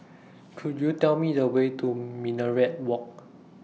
Could YOU Tell Me The Way to Minaret Walk